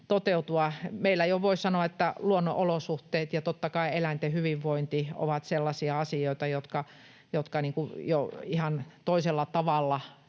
Meillä voi sanoa, että luonnonolosuhteet ja totta kai eläinten hyvinvointi ovat sellaisia asioita, jotka jo ihan toisella tavalla